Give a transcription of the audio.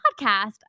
podcast